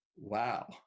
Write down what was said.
wow